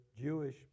Jewish